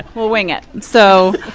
we'll wing it. so